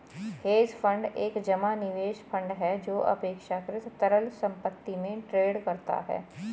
hedge fund एक जमा निवेश फंड है जो अपेक्षाकृत तरल संपत्ति में ट्रेड करता है